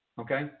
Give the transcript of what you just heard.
Okay